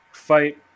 Fight